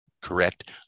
correct